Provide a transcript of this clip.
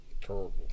terrible